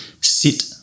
Sit